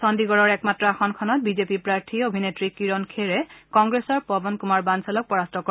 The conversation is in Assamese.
চণ্ডিগড়ৰ একমাত্ৰ আসনখনত বিজেপি প্ৰাৰ্থী অভিনেত্ৰী কিৰণ খেৰে কংগ্ৰেছৰ পৱন কুমাৰ বাঞ্চালক পৰাস্ত কৰে